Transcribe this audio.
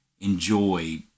enjoy